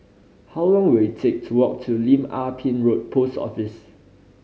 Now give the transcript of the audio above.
how long will it take to walk to Lim Ah Pin Road Post Office